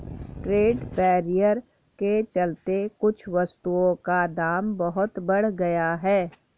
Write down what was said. trade barrier के चलते कुछ वस्तुओं का दाम बहुत बढ़ गया है